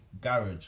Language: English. garage